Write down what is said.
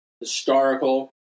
historical